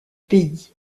pays